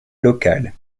locale